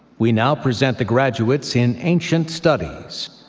we now present the graduates in ancient studies.